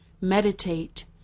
meditate